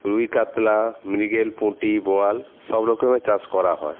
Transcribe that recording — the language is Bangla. রুই কাতলা মৃগেল পুঁটি বোয়াল সব রকমের চাষ করা হয়